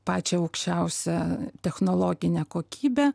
pačią aukščiausią technologinę kokybę